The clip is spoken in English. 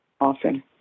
often